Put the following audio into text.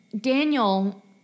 Daniel